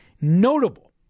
notable